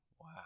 Wow